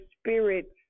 spirits